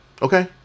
Okay